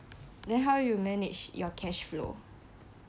then how you manage your cash flow